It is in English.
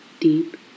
deep